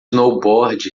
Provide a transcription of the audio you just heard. snowboard